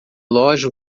loja